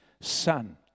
son